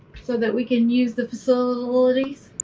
so that we can use the facilities.